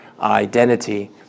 identity